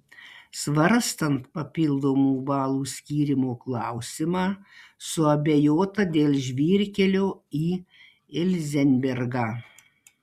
svarstant papildomų balų skyrimo klausimą suabejota dėl žvyrkelio į ilzenbergą